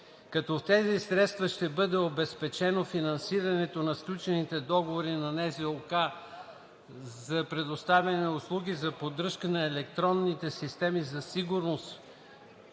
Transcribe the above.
като с тези средства ще бъде обезпечено финансирането на сключените договори на НЗОК за предоставяне на услуги за поддръжка на електронните системи за сигурност